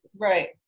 Right